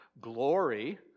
glory